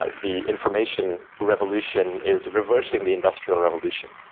ah the information revolution is reversing the industrial revolution.